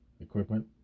Equipment